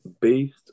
based